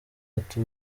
ati